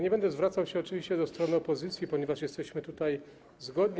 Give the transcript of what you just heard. Nie będę zwracał się oczywiście w stronę opozycji, ponieważ jesteśmy zgodni.